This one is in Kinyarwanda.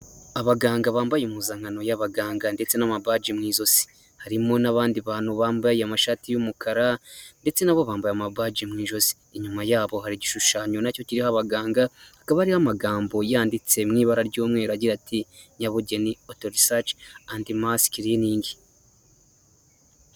Abaganga bambaye impuzankano y'abaganga ndetse n'amabaji mu ijosi, harimo n'abandi bantu bambaye amashati y'umukara ndetse nabo bambaye amabaji mu ijosi, inyuma yabo hari igishushanyo nacyo kiriho abaganga, hakaba hariho amagambo yanditse mu ibara ry'umweru, agira ati nyabugeni otorisaci andi masikiriningi.